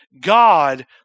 God